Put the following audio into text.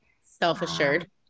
Self-assured